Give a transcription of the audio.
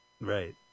right